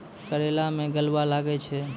करेला मैं गलवा लागे छ?